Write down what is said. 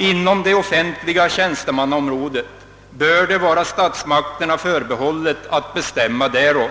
Inom det offentliga tjänstemannaområdet bör det vara statsmakterna förbehållet att bestämma därom.